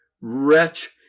Wretch